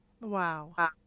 Wow